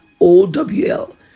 O-W-L